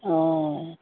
অঁ